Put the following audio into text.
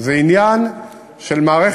זה לא עניין של עבודה מאורגנת,